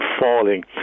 Falling